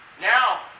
Now